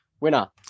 winner